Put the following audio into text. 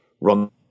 run